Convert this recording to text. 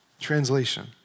Translation